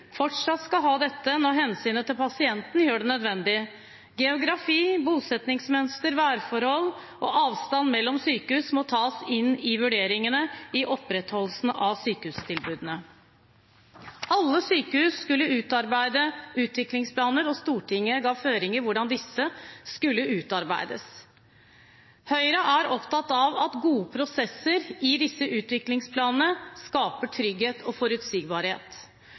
fortsatt skal ha dette når hensynet til pasienten gjør det nødvendig. Geografi, bosettingsmønster, værforhold og avstand mellom sykehus må tas inn i vurderingene av opprettholdelsen av sykehustilbudene. Alle sykehus skulle utarbeide utviklingsplaner, og Stortinget ga føringer for hvordan disse skulle utarbeides. Høyre er opptatt av at gode prosesser i disse utviklingsplanene skaper trygghet og forutsigbarhet,